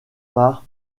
par